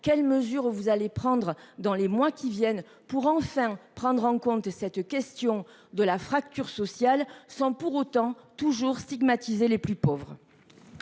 quelles mesures vous allez prendre dans les mois qui viennent pour enfin prendre en compte et cette question de la fracture sociale, sans pour autant toujours stigmatiser les plus pauvres.